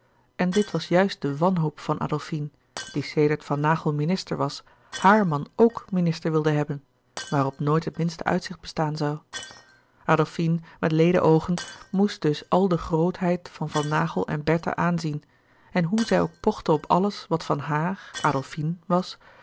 en dit was juist de wanhoop van adolfine die sedert van naghel minister was haar man ook minister wilde hebben waarop nooit het minste uitzicht bestaan zoû adolfine met leede oogen moest dus al de grootheid van van naghel en bertha aanzien en hoe zij ook pochte op alles wat van haar adolfine was